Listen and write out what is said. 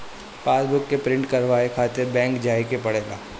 passbook के print करवावे खातिर बैंक जाए के पड़ेला